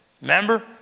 Remember